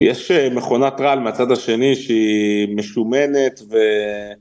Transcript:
יש מכונת רעל מהצד השני שהיא משומנת ו...